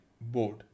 Board